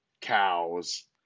cows